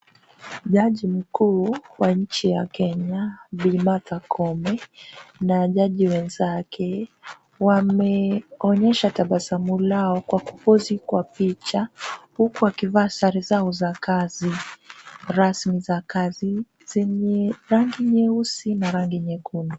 Jaji mkuu wa nchi ya Kenya Bi. Martha Koome na jaji wenzake, wameonyesha tabasamu lao kwa kupozi kwa picha huku wakivaa sare zao za kazi, rasmi za kazi zenye rangi nyeusi na rangi nyekundu.